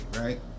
Right